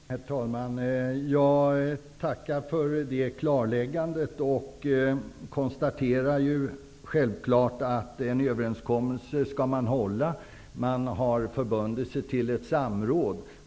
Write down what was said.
Herr talman! Jag tackar för det klarläggandet och konstaterar självfallet att man skall hålla en överenskommelse. Man har förbundit sig till ett samråd.